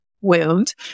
wound